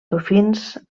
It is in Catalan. dofins